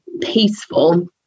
peaceful